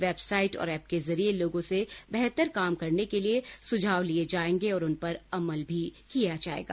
website और app के जरिए लोगों से बेहतर काम करने के लिए सुझाव लिए जाएंगे और उन पर अमल भी किया जाएगा